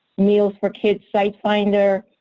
meals for kids site finder,